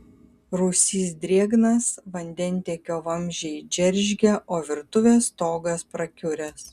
rūsys drėgnas vandentiekio vamzdžiai džeržgia o virtuvės stogas prakiuręs